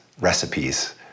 recipes